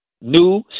new